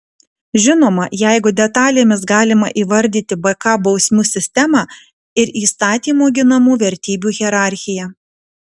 žinoma jeigu detalėmis galima įvardyti bk bausmių sistemą ir įstatymo ginamų vertybių hierarchiją